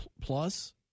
plus